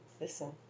Listen